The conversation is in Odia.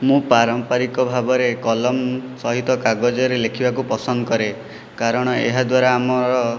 ମୁଁ ପାରମ୍ପାରିକ ଭାବରେ କଲମ ସହିତ କାଗଜରେ ଲେଖିବାକୁ ପସନ୍ଦ କରେ କାରଣ ଏହାଦ୍ୱାରା ଆମର